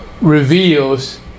reveals